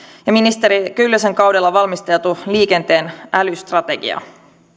ja ministeri kyllösen kaudella valmisteltu liikenteen älystrategia